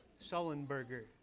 Sullenberger